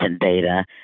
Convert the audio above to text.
data